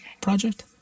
project